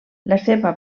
seva